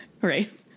right